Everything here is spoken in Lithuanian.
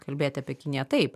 kalbėt apie kiniją taip